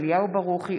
אליהו ברוכי,